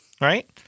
right